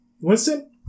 Winston